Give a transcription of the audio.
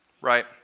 Right